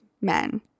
men